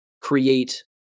create